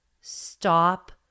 Stop